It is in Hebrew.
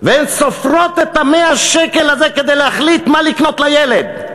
והן סופרות את 100 השקל כדי להחליט מה לקנות לילד.